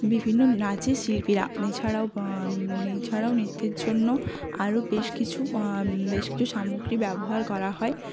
বিভিন্ন নাচের শিল্পীরা এছাড়াও এছাড়াও নিত্যের জন্য আরও বেশ কিছু বেশ কিছু সামগ্রী ব্যবহার করা হয়